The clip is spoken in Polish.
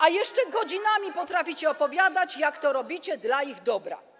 A jeszcze godzinami potraficie opowiadać, jak to robicie to dla ich dobra.